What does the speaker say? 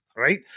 Right